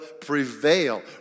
prevail